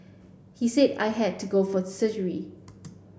he said I had to go for surgery